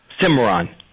Cimarron